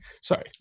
sorry